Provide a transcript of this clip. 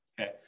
Okay